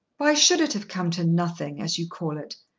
why should it have come to nothing as you call it?